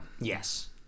Yes